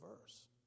verse